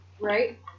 Right